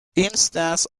instances